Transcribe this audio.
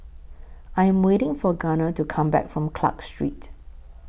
I Am waiting For Gunnar to Come Back from Clarke Street